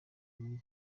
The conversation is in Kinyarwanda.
iki